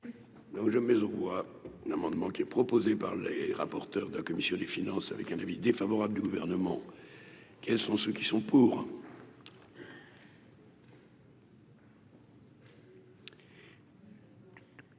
je mets aux voix l'amendement qui est proposée par les rapporteurs de la commission des finances, avec un avis défavorable du gouvernement, quels sont ceux qui sont pour.